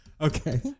Okay